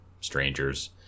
strangers